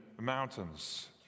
mountains